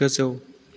गोजौ